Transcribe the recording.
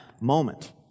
moment